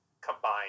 combine